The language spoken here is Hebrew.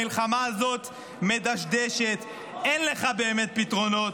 המלחמה הזאת מדשדשת, אין לך באמת פתרונות,